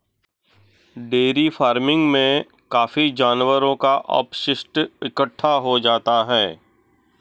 dairy farming में काफी जानवरों का अपशिष्ट इकट्ठा हो जाता है